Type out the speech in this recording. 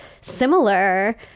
similar